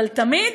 אבל תמיד